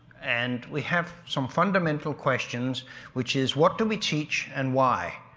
and we have some fundamental questions which is what do we teach and why?